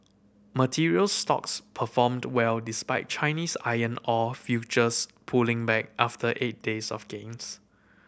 materials stocks performed well despite Chinese iron ore futures pulling back after eight days of gains